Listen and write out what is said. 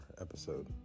episode